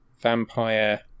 vampire